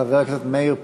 חבר הכנסת מאיר פרוש,